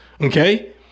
okay